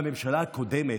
בממשלה הקודמת,